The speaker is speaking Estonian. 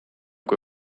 kui